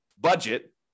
budget